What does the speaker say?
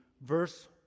verse